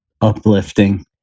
uplifting